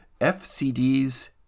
FCD's